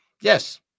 Yes